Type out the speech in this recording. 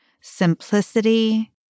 simplicity